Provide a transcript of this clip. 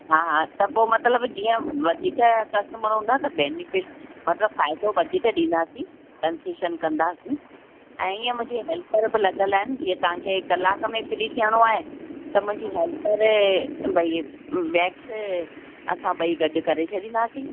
हा हा त पोइ मतिलब जीअं वधीक कस्टमर हूंदा त बैनिफिट मतिलब फ़ाइदो वधीक ॾींदासीं कंसैशन कंदासीं ऐं ईअं मुंहिंजी हैल्पर बि लॻियल आहिनि जीअं तव्हां तव्हां कलाक में फ्री थियणो आहे त मुंहिंजी हैल्पर भाई वैक्स असां ॿई गॾु करे छॾींदासीं